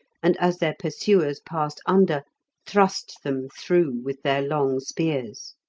and as their pursuers passed under thrust them through with their long spears.